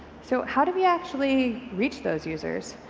so how do we actually reach those users?